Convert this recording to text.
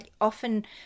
often